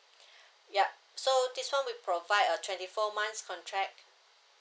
yup so this one will provide a twenty four months contract